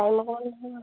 আপোনালোকৰ নিচিনা নহয়